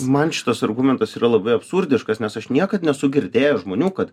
man šitas argumentas yra labai absurdiškas nes aš niekad nesu girdėjęs žmonių kad